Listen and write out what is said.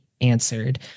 answered